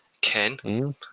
Ken